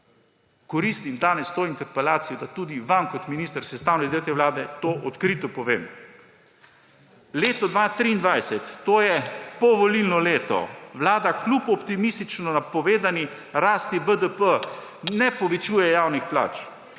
koristim to interpelacijo, da tudi vam, minister, kot sestavnemu delu te vlade to odkrito povem. Leta 2023, to je povolilno leto, vlada kljub optimistično napovedani rasti BDP ne povečuje javnih plač,